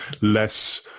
less